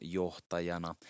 johtajana